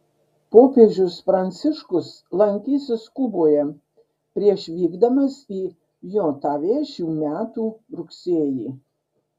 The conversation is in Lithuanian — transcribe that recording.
popiežius pranciškus lankysis kuboje prieš vykdamas į jav šių metų rugsėjį